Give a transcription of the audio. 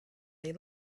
they